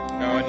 no